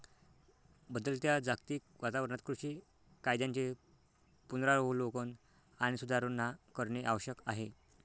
बदलत्या जागतिक वातावरणात कृषी कायद्यांचे पुनरावलोकन आणि सुधारणा करणे आवश्यक आहे